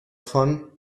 von